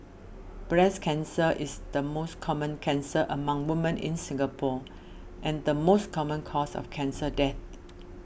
breast cancer is the most common cancer among women in Singapore and the most common cause of cancer death